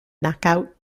knockout